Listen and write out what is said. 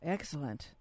Excellent